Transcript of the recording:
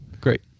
Great